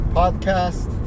podcast